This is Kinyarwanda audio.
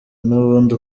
n’ubundi